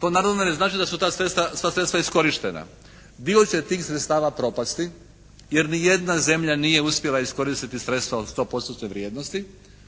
To naravno ne znači da su ta sredstva, sva sredstva iskorištena. Dio će tih sredstava propasti jer nijedna zemlja nije uspjela iskoristiti sredstva od 100%-tne vrijednosti.